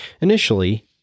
Initially